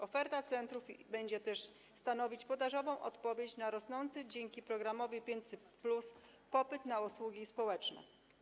Oferta centrów będzie też stanowić podażową odpowiedź na rosnący dzięki programowi 500+ popyt na usługi społeczne.